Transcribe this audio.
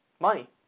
Money